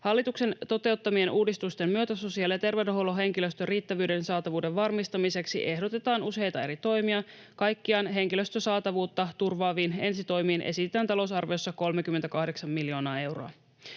Hallituksen toteuttamien uudistusten myötä sosiaali- ja terveydenhuollon henkilöstön riittävyyden ja saatavuuden varmistamiseksi ehdotetaan useita eri toimia. Kaikkiaan henkilöstön saatavuutta turvaaviin ensitoimiin esitetään talousarviossa 38 miljoonaa euroa.